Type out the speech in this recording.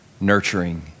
nurturing